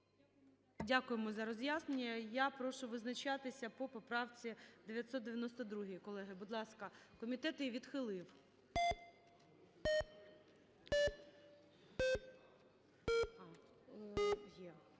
Дякуємо за роз'яснення. Я прошу визначатися по поправці 992. Колеги, будь ласка. Комітет її відхилив.